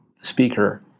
speaker